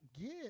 get